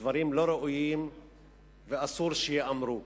דברים לא ראויים ואסור שייאמרו.